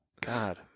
God